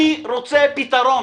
אני רוצה פתרון.